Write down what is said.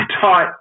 taught